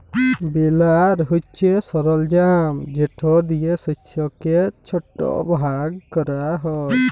বেলার হছে সরলজাম যেট লিয়ে শস্যকে ছট ভাগ ক্যরা হ্যয়